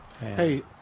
Hey